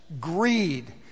greed